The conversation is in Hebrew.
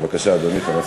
בבקשה, אדוני.